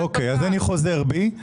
אוקיי, אז אני חוזר בי.